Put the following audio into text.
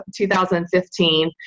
2015